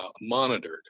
monitored